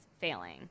failing